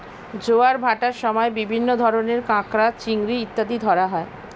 জোয়ার ভাটার সময় বিভিন্ন ধরনের কাঁকড়া, চিংড়ি ইত্যাদি ধরা হয়